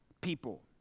people